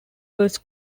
was